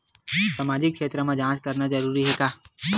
सामाजिक क्षेत्र म जांच करना जरूरी हे का?